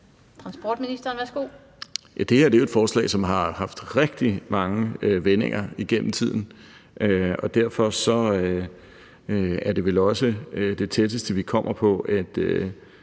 Transportministeren (Benny Engelbrecht): Det her er jo et forslag, som har haft rigtig mange vendinger igennem tiden, og derfor er det tætteste, vi kommer på, at